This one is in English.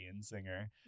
singer